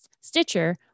Stitcher